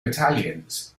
battalions